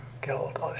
guilt